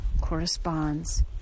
corresponds